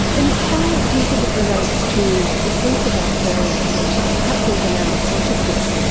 and how do you think it relates to the sense of ourselves and perhaps even our consciousness?